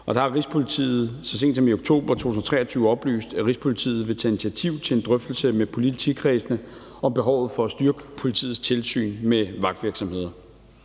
Og der har Rigspolitiet så sent som i oktober 2023 oplyst, at Rigspolitiet vil tage initiativ til en drøftelse med politikredsene om behovet for at styrke politiets tilsyn med vagtvirksomheder.